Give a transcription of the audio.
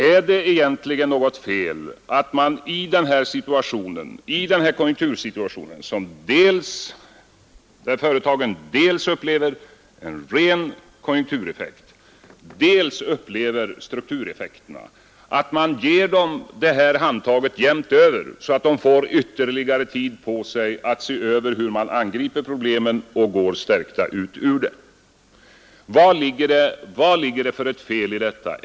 Är det egentligen något fel i att man i denna konjunktursituation, där företagen dels upplever en ren konjunktureffekt, dels upplever struktureffekter, ger dem ett handtag jämnt över så att de får ytterligare tid på sig att se över hur man skall angripa problemen och går stärkta ut ur svårigheterna?